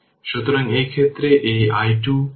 সুতরাং এই ক্ষেত্রে এই i2 এর কী হবে